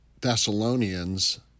Thessalonians